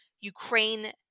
Ukraine